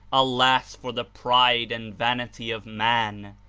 alas for the pride and vanity of man!